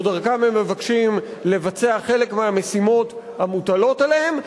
או שדרכם הם מבקשים לבצע חלק מהמשימות המוטלות עליהם,